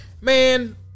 man